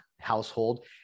household